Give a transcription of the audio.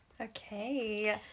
Okay